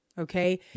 okay